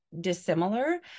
dissimilar